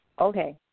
Okay